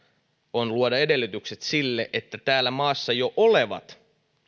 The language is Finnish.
on luoda edellytykset sille että täällä maassa jo olevat